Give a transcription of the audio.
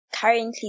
currently